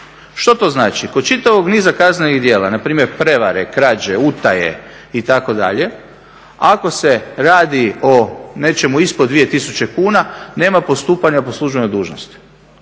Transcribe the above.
Što to znači? Kod čitavog niza kaznenih djela, npr. prevare, krađe, utaje itd., ako se radi o nečemu ispod 2000 kuna nema postupanja po službenoj dužnosti.